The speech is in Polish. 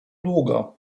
długo